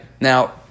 Now